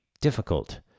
difficult